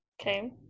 Okay